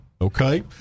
okay